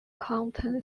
canto